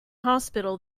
hospital